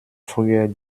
früher